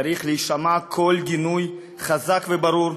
צריך להישמע קול גינוי חזק וברור,